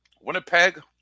Winnipeg